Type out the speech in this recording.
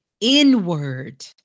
inward